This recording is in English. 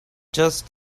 just